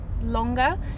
longer